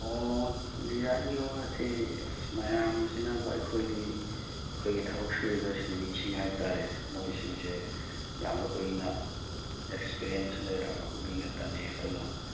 ꯑꯣ ꯗꯤꯖꯥꯏꯟꯒꯤ ꯋꯥꯁꯤ ꯑꯁ ꯃꯌꯥꯝꯁꯤꯅꯕ ꯑꯩꯈꯣꯏꯗꯤ ꯑꯩꯈꯣꯏꯒꯤ ꯊꯕꯛ ꯁꯨꯔꯤꯕ ꯁꯤꯟꯃꯤꯁꯤꯡ ꯍꯥꯏꯕꯇꯔꯦꯅꯦ ꯃꯣꯏꯁꯤꯡꯁꯦ ꯌꯥꯝꯅ ꯀꯨꯏꯅ ꯑꯦꯛꯁꯄꯤꯔꯦꯟꯁ ꯂꯩꯔꯛꯑꯕ ꯃꯤ ꯉꯥꯛꯇꯅꯦ ꯑꯗꯨꯅ